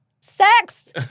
sex